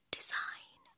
Design